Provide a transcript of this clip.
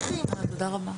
תודה רבה.